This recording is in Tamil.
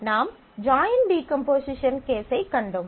நாம் ஜாயின் டீகம்போசிஷன் கேஸைக் கண்டோம்